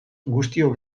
guztiok